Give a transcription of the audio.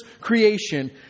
creation